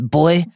boy